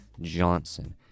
Johnson